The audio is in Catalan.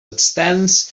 externs